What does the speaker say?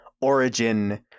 origin